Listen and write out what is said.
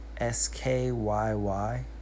SKYY